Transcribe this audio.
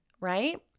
right